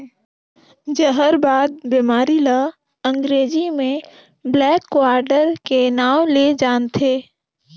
जहरबाद बेमारी ल अंगरेजी में ब्लैक क्वार्टर के नांव ले जानथे